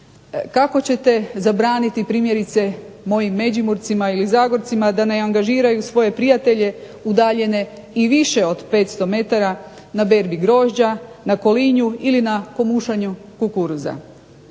Kako ćete zabraniti primjerice mojim Međimurcima ili Zagorcima da ne angažiraju svoje prijatelje udaljene i više od 500 metara na berbi grožđa, na kolinju ili na komušanju kukuruza?